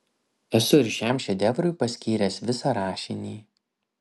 esu ir šiam šedevrui paskyręs visą rašinį